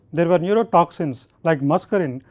there were neurotoxins like muscarine,